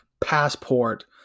passport